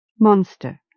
monster